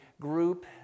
group